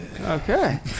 Okay